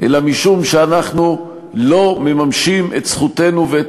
אלא משום שאנחנו לא מממשים את זכותנו ואת